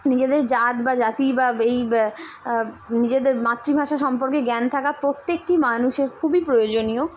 নিজেদের জাত বা জাতি বা এই নিজেদের মাতৃভাষা সম্পর্কে জ্ঞান থাকা প্রত্যেকটি মানুষের খুবই প্রয়োজনীয়